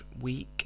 week